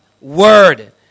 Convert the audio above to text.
word